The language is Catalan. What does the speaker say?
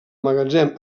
magatzem